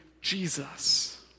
Jesus